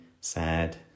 sad